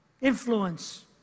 Influence